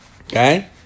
okay